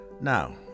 Now